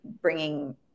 bringing